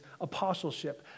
apostleship